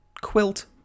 quilt